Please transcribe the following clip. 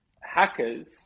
Hackers